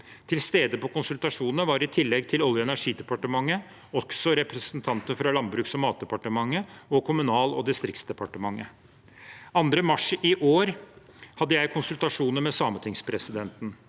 Til stede på konsultasjonene var i tillegg til Olje- og energidepartementet også representanter fra Landbruks- og matdepartementet og Kommunalog distriktsdepartementet. Den 2. mars i år hadde jeg konsultasjoner med sametingspresidenten.